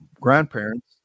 grandparents